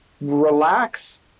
relax